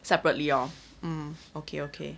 separately orh mm okay okay